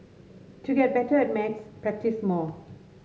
to get better at maths practise more